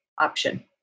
option